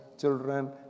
children